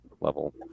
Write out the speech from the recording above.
level